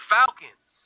Falcons